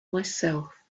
myself